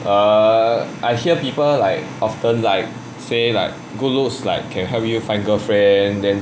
err I hear people like often like say like good looks like can help you find girlfriend then